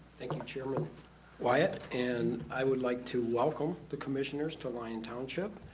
thank you chairman wyett, and i would like to welcome the commissioners to lyon township,